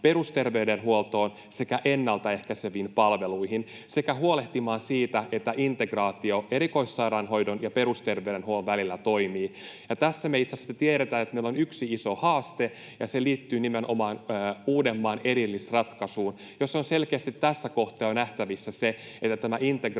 perusterveydenhuoltoon sekä ennaltaehkäiseviin palveluihin sekä huolehtimaan siitä, että integraatio erikoissairaanhoidon ja perusterveydenhuollon välillä toimii. Ja me itse asiassa tiedetään, että tässä meillä on yksi iso haaste, ja se liittyy nimenomaan Uudenmaan erillisratkaisuun, jossa on selkeästi jo tässä kohtaa nähtävissä se, että tämä integraatio